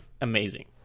amazing